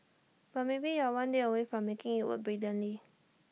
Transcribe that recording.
but maybe you're one day away from making IT work brilliantly